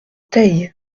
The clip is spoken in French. teil